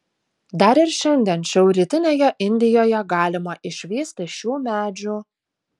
dar ir šiandien šiaurrytinėje indijoje galima išvysti šių medžių